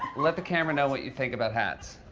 let the camera know what you think about hats.